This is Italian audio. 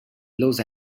los